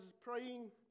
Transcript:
praying